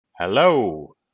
Hello